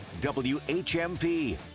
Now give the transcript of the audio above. WHMP